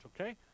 okay